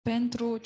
Pentru